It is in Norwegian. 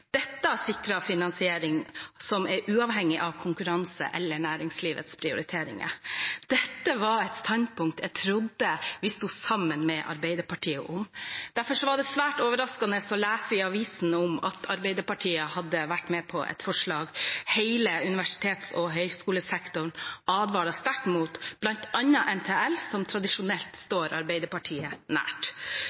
finansiering som er uavhengig av konkurranse eller næringslivets prioriteringer. Dette var et standpunkt jeg trodde vi sto sammen med Arbeiderpartiet om. Derfor var det svært overraskende å lese i avisen at Arbeiderpartiet hadde vært med på et forslag hele universitets- og høyskolesektoren advarer sterkt mot – bl.a. NTL, som tradisjonelt står Arbeiderpartiet nært